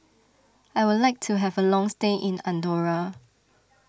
I would like to have a long stay in Andorra